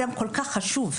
הוא כל כך חשוב.